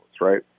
right